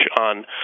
on